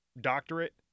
doctorate